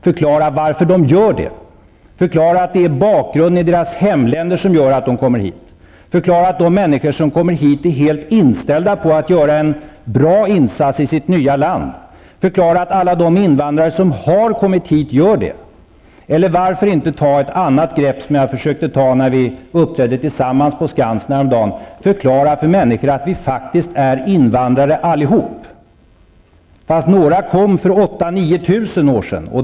Han bör förklara att det är bakgrunden i flyktingarnas hemländer som gör att de kommer hit, att dessa människor är helt inställda på att göra en bra insats i sitt nya hemland och att alla invandrare som har kommit hit också gör det. Varför inte ta ett annat grepp, som jag försökte ta när vi uppträdde tillsammans på Skansen häromdagen: Förklara för människor att vi faktiskt är invandrare allihop, fast några kom hit för 8 000-- 9 000 år sedan.